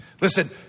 Listen